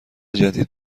جدید